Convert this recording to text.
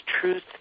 truth